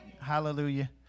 hallelujah